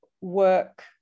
work